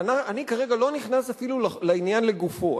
אני כרגע לא נכנס אפילו לעניין לגופו,